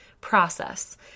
process